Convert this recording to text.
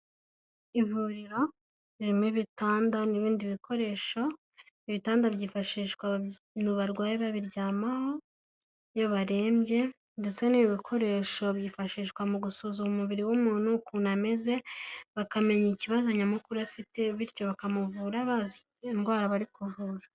Ivuriro ririmo ibitanda n'ibindi bikoresho, ibitanda byifashishwa barwaye babiryamaho iyo barembye ndetse n'ibi bikoresho byifashishwa mu gusuzuma umubiri w'umuntu, ukuntu ameze, bakamenya ikibazo nyamukuru afite bityo bakamuvura bazi indwara bari kuvura.